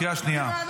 קריאה שנייה.